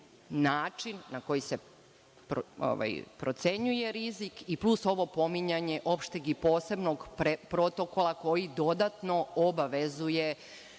način na koji se procenjuje rizik i plus pominjanje opšteg i posebnog protokola koji dodatno obavezuje